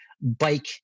bike